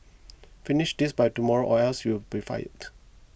finish this by tomorrow or else you'll be fired